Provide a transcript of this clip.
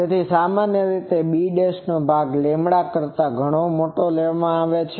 તેથી સામાન્ય રીતે b' નો ભાગ લેમ્બડા λ કરતા ઘણો મોટો લેવામાં આવે છે